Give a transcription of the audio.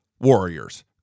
warriors